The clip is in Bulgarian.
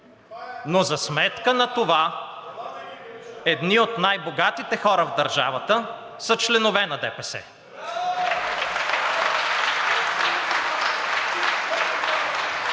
Но за сметка на това едни от най-богатите хора в държавата са членове на ДПС.